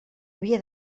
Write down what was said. havia